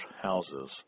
houses